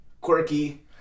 quirky